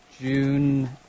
June